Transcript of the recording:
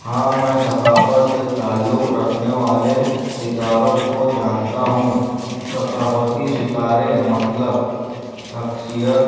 ہاں میں ثقافت سے تعلق رکھنے والے ستاروں کو جانتا ہوں ثقافتی ستارے مطلب شخصیت